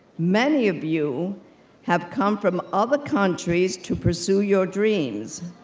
many of you have come from other countries to pursue your dreams.